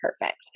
perfect